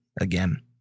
again